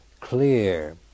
clear